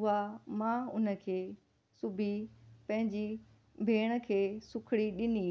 उहा मां उन खे सुबी पंहिंजी भेण खे सूखड़ी ॾिनी